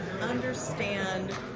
understand